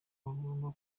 bagomba